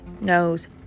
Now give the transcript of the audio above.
knows